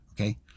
Okay